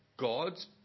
God's